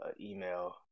email